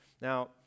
Now